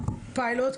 את הפיילוט.